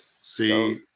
See